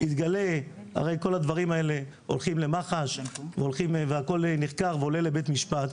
הרי כל הדברים האלה הולכים למח"ש והכול נחקר לעולה לבית משפט.